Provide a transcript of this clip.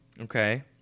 Okay